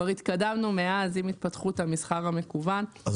מאז, עם התפתחות המסחר המקוון, כבר התקדמנו.